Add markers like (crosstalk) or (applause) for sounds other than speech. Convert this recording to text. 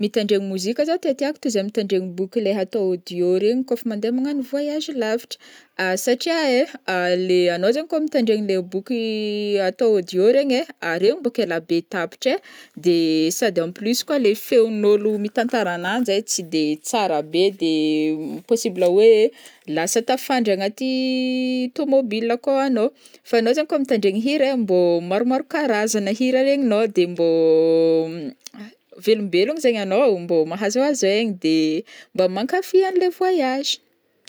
Mitandregny mozika zao tiatiako toy izay mitandregny boky le hatao audio kô fa mande magnano voyage lavitry, (hesitation) satria ai (hesitation) le anô koa zegny mitandregny le boky ii atao audio regny ai, (hesitation) regny bonka ela be tapitra ai, de (hesitation) sady en plus koa le feon'ôlo mitantarananjy ai tsy de tsarabe de (hesitation) possible oe lasa tafandry agnaty (hesitation) tomobile akao anô, fa anao zagny kô mitandregny hira mbô maromaro karazana hira regninô de mbô (hesitation) velombelogno zegny anô mbô mahazoazo aigna de (hesitation) mba mankafia anle voyage.